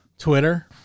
Twitter